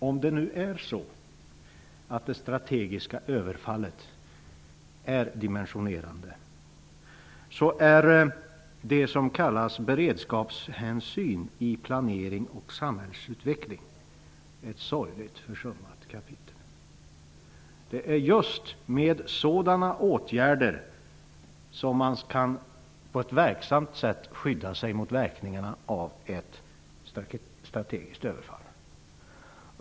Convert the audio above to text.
Om det strategiska överfallet är dimensionerande är det som kallas beredskapshänsyn i planering och samhällsutveckling ett sorgligt försummat kapitel. Det är just med sådana åtgärder som man på ett verksamt sätt kan skydda sig mot verkningarna av ett strategiskt överfall.